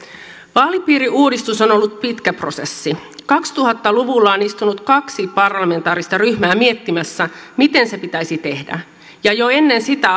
vaalipiiriuudistus on ollut pitkä prosessi kaksituhatta luvulla on istunut kaksi parlamentaarista ryhmää miettimässä miten se pitäisi tehdä ja jo ennen sitä